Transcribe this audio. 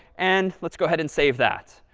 and let's go ahead and save that.